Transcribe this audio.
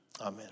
Amen